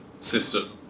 system